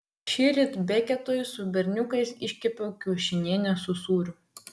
šįryt beketui su berniukais iškepiau kiaušinienę su sūriu